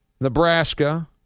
Nebraska